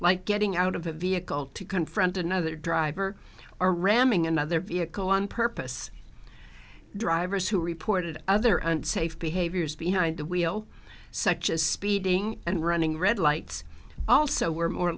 like getting out of a vehicle to confront another driver or ramming another vehicle on purpose drivers who reported other unsafe behaviors behind the wheel such as speeding and running red lights also were more